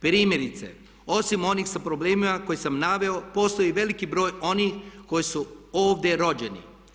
Primjerice, osim onih sa problemima koje sam naveo postoji veliki broj onih koji su ovdje rođeni.